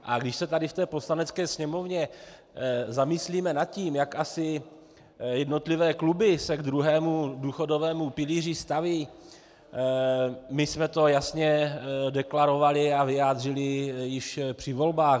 A když se tady v Poslanecké sněmovně zamyslíme nad tím, jak se asi jednotlivé kluby k druhému důchodovému pilíři staví, my jsme to jasně deklarovali a vyjádřili již při volbách.